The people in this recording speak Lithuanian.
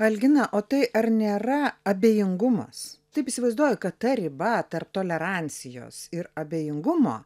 algina o tai ar nėra abejingumas taip įsivaizduoju kad ta riba tarp tolerancijos ir abejingumo